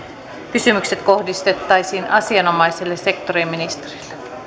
kysymykset kohdistettaisiin asianomaiselle sektoriministerille